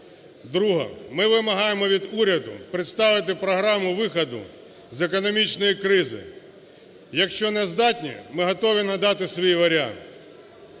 друге – ми вимагаємо від уряду представити програму виходу з економічної кризи. Якщо не здатні, ми готові надати свій варіант,